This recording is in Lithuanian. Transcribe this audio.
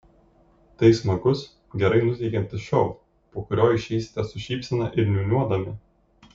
tai smagus gerai nuteikiantis šou po kurio išeisite su šypsena ir niūniuodami